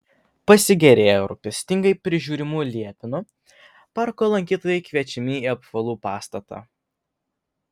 pasigėrėję rūpestingai prižiūrimu liepynu parko lankytojai kviečiami į apvalų pastatą